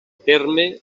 terme